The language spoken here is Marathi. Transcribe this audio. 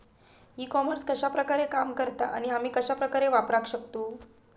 ई कॉमर्स कश्या प्रकारे काम करता आणि आमी कश्या प्रकारे वापराक शकतू?